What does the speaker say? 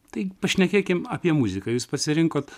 tai pašnekėkim apie muziką jūs pasirinkot